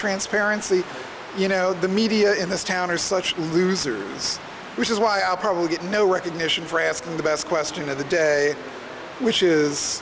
transparency you know the media in this town are such losers which is why i'll probably get no recognition for asking the best question of the day which is